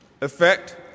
effect